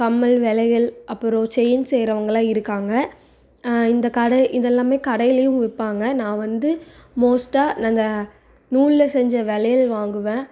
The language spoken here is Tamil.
கம்மல் வளையல் அப்புறம் செயின் செய்றவங்களாம் இருக்காங்க இந்த கடை இது எல்லாம் கடையிலேயும் விற்பாங்க நான் வந்து மோஸ்ட்டாக நான் இந்த நூலில் செஞ்ச வளையல் வாங்குவேன்